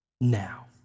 Now